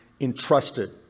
entrusted